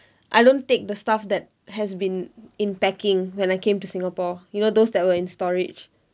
I don't take the stuff that has been in packing when I came to singapore you know those that were in storage